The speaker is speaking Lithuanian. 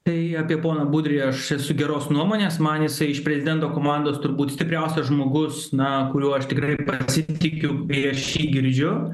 tai apie poną budrį aš esu geros nuomonės man jisai iš prezidento komandos turbūt stipriausias žmogus na kuriuo aš tikrai pasitikiu kai aš jį girdžiu